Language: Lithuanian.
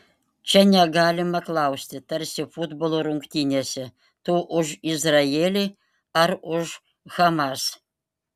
čia negalima klausti tarsi futbolo rungtynėse tu už izraelį ar už hamas